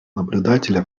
наблюдателя